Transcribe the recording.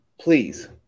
please